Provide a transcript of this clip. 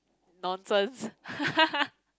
nonsense